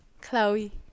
Chloe